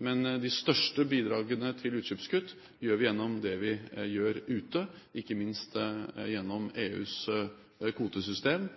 men at de største bidragene til utslippskutt gjør vi gjennom det vi gjør ute, ikke minst gjennom EUs kvotesystem